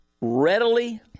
readily